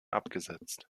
abgesetzt